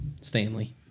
Stanley